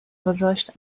گذاشت